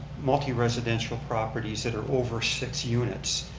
multi-residential properties that are over six units,